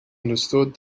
understood